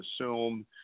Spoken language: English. assume